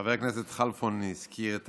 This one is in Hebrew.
חבר הכנסת כלפון הזכיר את